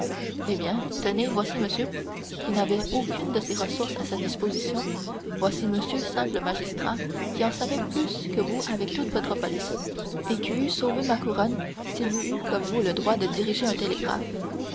eh bien tenez voici monsieur qui n'avait aucune de ces ressources à sa disposition voici monsieur simple magistrat qui en savait plus que vous avec toute votre police et qui eût sauvé ma couronne s'il eût eu comme vous le droit de diriger un télégraphe